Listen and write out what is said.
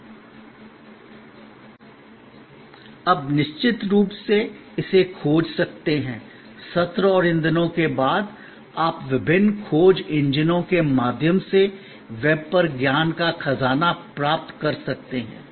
आप निश्चित रूप से इसे खोज सकते हैं सत्र और इन दिनों के बाद आप विभिन्न खोज इंजनों के माध्यम से वेब पर ज्ञान का खजाना प्राप्त कर सकते हैं